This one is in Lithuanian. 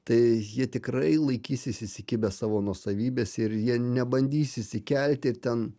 tai jie tikrai laikysis įsikibę savo nuosavybės ir jie nebandys išsikelti ten